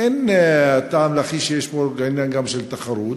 אין טעם להכחיש שיש פה גם עניין של תחרות,